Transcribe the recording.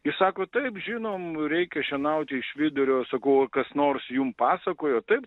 jis sako taip žinom reikia šienauti iš vidurio sakau o kas nors jum pasakojo taip